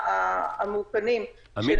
כי